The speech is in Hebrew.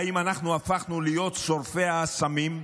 האם אנחנו הפכנו להיות שורפי האסמים?